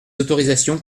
autorisations